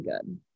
good